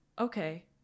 okay